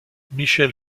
michel